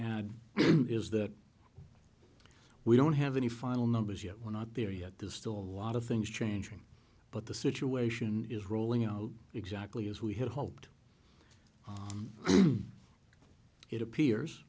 add is that we don't have any final numbers yet we're not there yet there's still a lot of things changing but the situation is rolling out exactly as we had hoped it appears